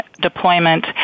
deployment